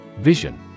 Vision